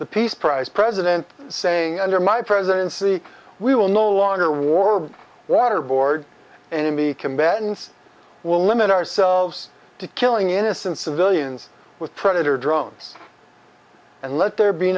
the peace prize president saying under my presidency we will no longer war waterboard enemy combatants will limit ourselves to killing innocent civilians with predator drones and let there be